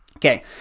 Okay